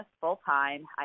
full-time